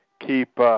Keep